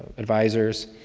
advisors.